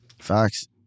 Facts